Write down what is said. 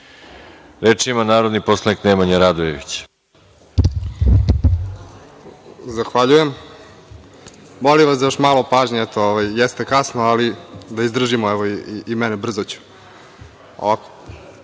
ima narodni poslanik Nemanja Radojević.